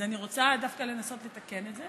אז אני רוצה דווקא לנסות לתקן את זה